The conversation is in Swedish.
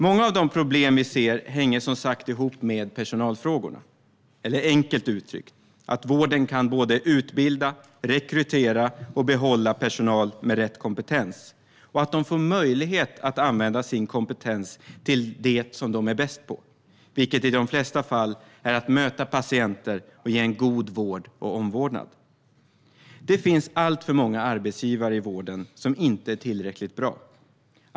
Många av de problem vi ser hänger som sagt ihop med personalfrågorna, eller enkelt uttryckt med att vården både kan utbilda, rekrytera och behålla personal med rätt kompetens och att de får möjlighet att använda sin kompetens till det som de är bäst på, vilket i de flesta fall är att möta patienter och ge en god vård och omvårdnad. Det finns alltför många arbetsgivare i vården som inte är tillräckligt bra.